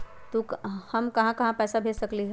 हम कहां कहां पैसा भेज सकली ह?